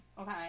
Okay